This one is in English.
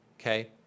okay